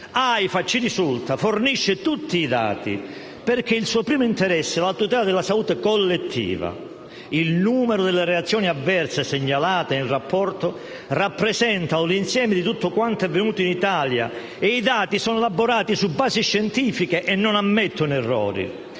che Aifa fornisce tutti i dati perché il suo primo interesse è la tutela della salute collettiva. Il numero delle reazioni avverse segnalate nel rapporto rappresenta un insieme di tutto quanto è avvenuto in Italia; i dati sono elaborati su basi scientifiche e non ammettono errori.